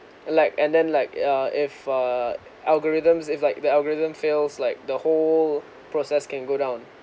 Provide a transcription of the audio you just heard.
like and then like uh if uh algorithms if like the algorithm fails like the whole process can go down